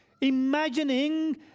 imagining